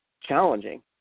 challenging